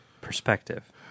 perspective